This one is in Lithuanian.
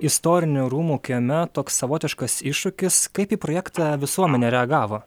istorinių rūmų kieme toks savotiškas iššūkis kaip į projektą visuomenė reagavo